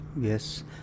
Yes